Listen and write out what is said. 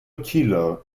killer